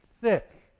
thick